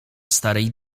starej